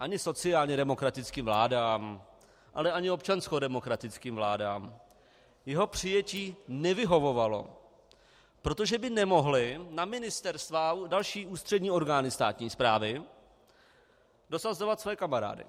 Ani sociálně demokratickým vládám, ale ani občanskodemokratickým vládám jeho přijetí nevyhovovalo, protože by nemohly na ministerstva a další ústřední orgány státní správy dosazovat svoje kamarády.